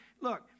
look